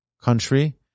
country